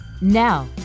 Now